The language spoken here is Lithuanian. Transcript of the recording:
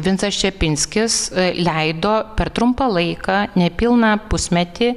vincas čepinskis leido per trumpą laiką nepilną pusmetį